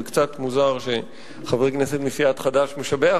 זה קצת מוזר שחבר כנסת מסיעת חד"ש משבח,